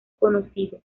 conocidos